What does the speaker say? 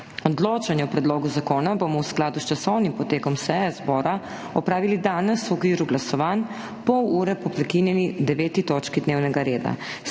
Odločanje o predlogu zakona bomo v skladu s časovnim potekom seje zbora opravili danes v okviru glasovanj, pol ure po prekinjeni 9. točki dnevnega reda.